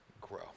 grow